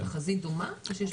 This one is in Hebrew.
התחזית דומה או שיש פער?